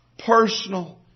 personal